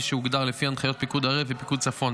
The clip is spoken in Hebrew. שהוגדר לפי הנחיות פיקוד העורף ופיקוד צפון,